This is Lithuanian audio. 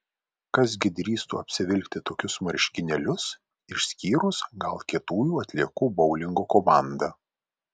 kas gi drįstų apsivilkti tokius marškinėlius išskyrus gal kietųjų atliekų boulingo komandą